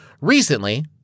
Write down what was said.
Recently